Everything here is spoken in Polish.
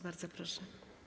Bardzo proszę.